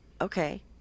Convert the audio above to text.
Okay